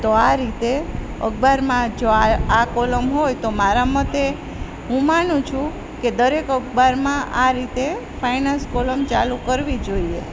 તો આ રીતે અખબારમાં જો આ આ કૉલમ હોય તો મારા મતે હું માનું છું કે દરેક અખબારમાં આ રીતે ફાઇનાન્સ કૉલમ ચાલુ કરવી જોઈએ